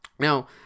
Now